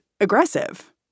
aggressive